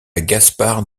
gaspard